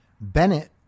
Bennett